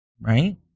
Right